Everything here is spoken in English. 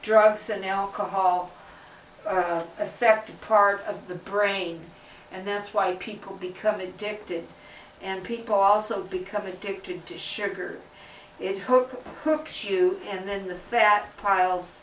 drugs and alcohol are affected part of the brain and that's why people become addicted and people also become addicted to sugar it hook cooks you and then the fat piles